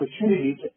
opportunity